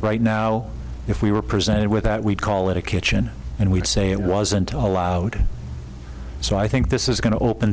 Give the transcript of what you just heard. right now if we were presented with that we call it a kitchen and we'd say it wasn't allowed so i think this is going to open